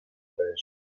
res